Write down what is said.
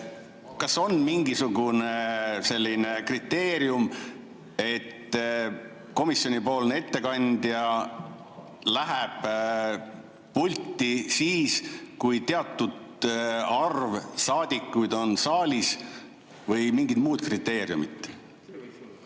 kas on mingisugune selline kriteerium, et komisjoni ettekandja läheb pulti siis, kui teatud arv saadikuid on saalis, või mingid muud kriteeriumid? Aitäh!